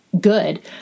good